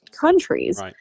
countries